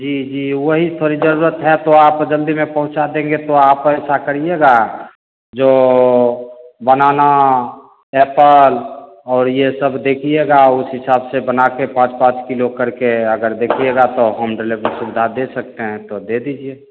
जी जी वही थोड़ी जरूरत है तो आप जल्दी में पहुँचा देंगे तो आप ऐसा करिएगा जो बनाना एप्पल और ये सब देखिएगा उस हिसाब से बना कर पाँच पाँच किलो करके अगर देखिएगा तो होम डिलिवरी सुविधा दे सकते हैं तो दे दीजिए